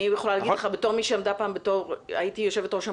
אני יכולה להגיד לך, הייתי פעם יושבת-ראש עמותה.